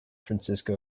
francisco